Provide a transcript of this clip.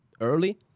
early